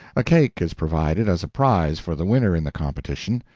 a cake is provided as a prize for the winner in the competition,